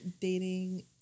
dating